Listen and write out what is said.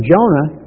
Jonah